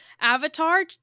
Avatar